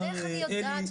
אלי --- איך אני יודעת,